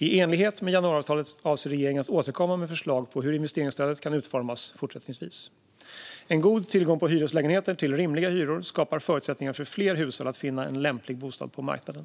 I enlighet med januariavtalet avser regeringen att återkomma med förslag på hur investeringsstödet kan utformas fortsättningsvis. En god tillgång på hyreslägenheter till rimliga hyror skapar förutsättningar för fler hushåll att finna en lämplig bostad på marknaden.